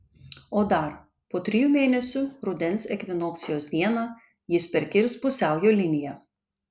o dar po trijų mėnesių rudens ekvinokcijos dieną jis perkirs pusiaujo liniją